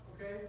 okay